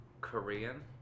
Korean